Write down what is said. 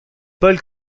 paul